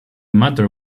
matter